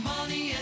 money